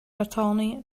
attorney